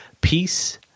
Peace